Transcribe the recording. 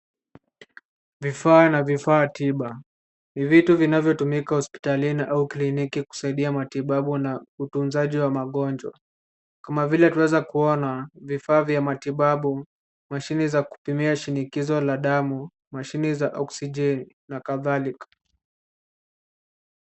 Vifaa na vifaa tiba ni vitu vinavyotumika hospitalini au kliniki kusaidia matibabu na utunzaji wa magonjwa. Kama vile tunaweza kuona vifaa vya matibabu, mashine za kupimia shinikizo la damu, mashine za oksijeni na kadhalika.